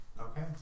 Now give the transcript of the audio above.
Okay